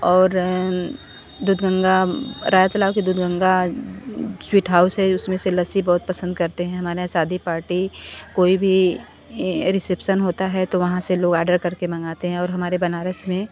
और Darbhanga sweet house है उस में से लस्सी बहुत पसंद करते हैं हमारी शादी पार्टी कोई भी रिसेप्सन होता है तो वहाँ से लोग आर्डर कर के मांगते हैं और हमारे बनारस में